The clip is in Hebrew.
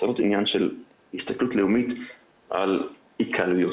צריך להיות עניין של הסתכלות לאומית על התקהלויות,